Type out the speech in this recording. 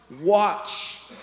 watch